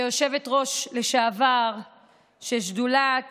כיושבת-ראש לשעבר של שדולת